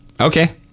okay